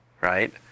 Right